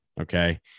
Okay